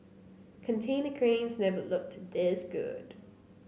container cranes never looked this good